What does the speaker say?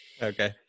okay